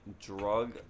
drug